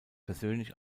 persönlich